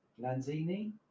Lanzini